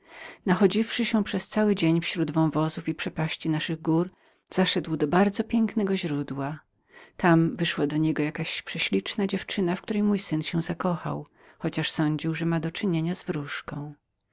memu synowi nachodziwszy się przez cały dzień śród wąwozów i przepaści naszych gór zaszedł do bardzo pięknego źródła tam wyszła do niego jakaś prześliczna dziewczyna w której mój syn się zakochał chociaż sądził że ma do czynienia z